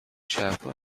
chapel